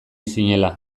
zinela